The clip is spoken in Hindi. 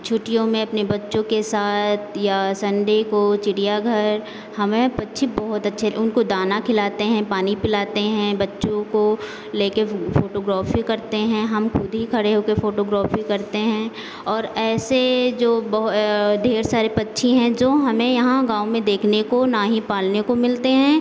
छुट्टियों में अपने बच्चों के साथ या सन्डे को चिड़ियाघर हमें पक्षी बहुत अच्छे उनको दाना खिलाते हैं पानी पिलाते हैं बच्चों को लेके फोटोग्राफी करते हैं हम खुद ही खड़े होकर फोटोग्राफी करते हैं और ऐसे जो ढेर सारे पक्षी हैं जो हमें यहाँ गाँव में देखने को न ही पालने को मिलते हैं